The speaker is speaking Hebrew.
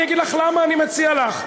אני אגיד לך למה אני מציע לך,